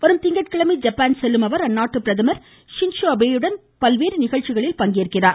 வரும் திங்கட்கிழமை ஜப்பான் செல்லும் அவர் அந்நாட்டு பிரதமர் ஷின்ஷோ அபேயுடன் பல்வேறு நிகழ்ச்சிகளில் பங்கேற்கிறார்